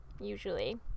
usually